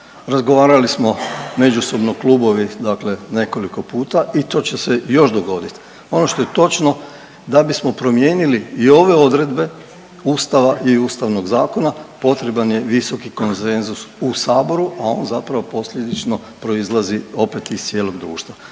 Razgovarali smo međusobno klubovi dakle nekoliko puta i to će se još dogodit. Ono što je točno da bismo promijenili i ove odredbe ustava i Ustavnog zakona potreban je visoki konsenzus u saboru, a on zapravo posljedično proizlazi opet iz cijelog društva.